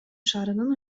шаарынын